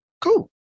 cool